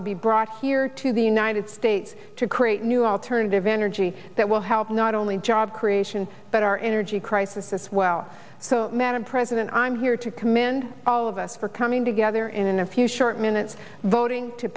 will be brought here to the united states to create new alternative energy that will help not only job creation but our energy crisis as well so madam president i'm here to commend all of us for coming together in a few short minutes voting to